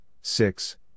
six